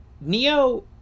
Neo